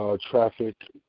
traffic